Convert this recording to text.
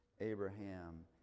Abraham